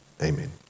Amen